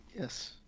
Yes